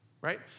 right